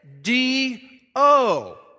D-O